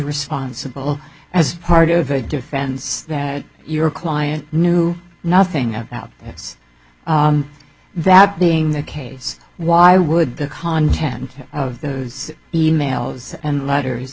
responsible as part of a defense that your client knew nothing about this that being the case why would the content of those e mails and l